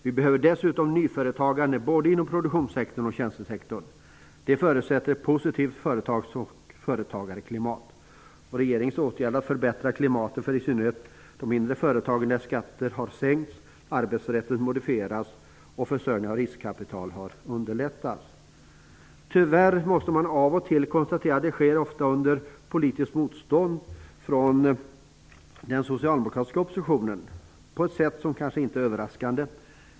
Vi behöver dessutom nyföretagande, både inom produktionssektorn och inom tjänstesektorn. Detta förutsätter ett positivt företags och företagarklimat. Regeringens åtgärder för att förbättra klimatet för i synnerhet de mindre företagen innebär att skatter har sänkts, att arbetsrätten har modifierats och att försörjningen av riskkapital har underlättats. Tyvärr måste man av och till konstatera att regeringens förslag ofta möter ett politiskt motstånd från den socialdemokratiska oppositionen. På ett sätt är det kanske inte överraskande.